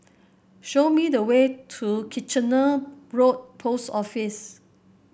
show me the way to Kitchener Road Post Office